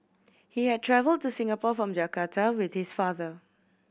he had travelled to Singapore from Jakarta with his father